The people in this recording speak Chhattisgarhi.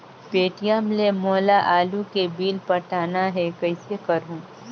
पे.टी.एम ले मोला आलू के बिल पटाना हे, कइसे करहुँ?